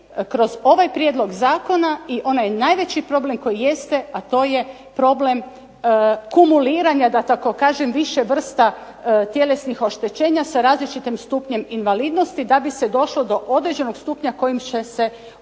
kroz ovaj prijedlog zakona i onaj najveći problem koji jeste a to je problem kumuliranja da tako kažem više vrsta tjelesnih oštećenja sa različitim stupnjem invalidnosti da bi se došlo do određenog stupnja kojim će se onda